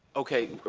okay,